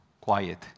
quiet